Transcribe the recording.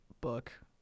book